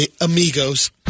amigos